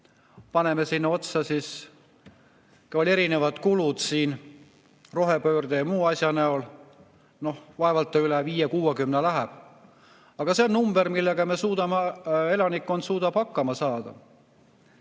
Paneme sinna otsa siis ka veel erinevad kulud rohepöörde ja muu asja näol. Noh, vaevalt ta üle 50–60 läheb. Aga see on number, millega meie elanikkond suudab hakkama saada.